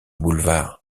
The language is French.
boulevard